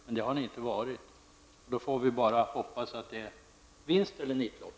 Men det har ni inte varit, och då får vi bara hoppas och se om det blir en vinst eller nitlott.